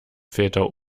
väter